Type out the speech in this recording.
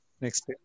next